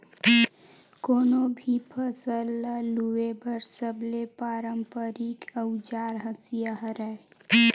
कोनो भी फसल ल लूए बर सबले पारंपरिक अउजार हसिया हरय